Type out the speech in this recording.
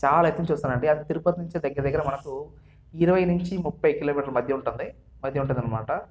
చాలా ఎత్తున వస్తాయండి అది తిరుపతి నుంచి దగ్గర దగ్గర మనకు ఇరవై నుంచి ముప్పై కిలోమీటర్లు మధ్య ఉంటుంది మధ్య ఉంటుంది అనమాట